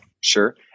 Sure